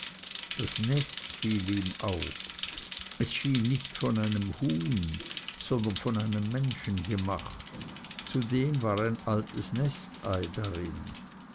das nest fiel ihm auf es schien nicht von einem huhn sondern von einem menschen gemacht zudem war ein altes nestei darin